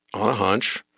on a hunch,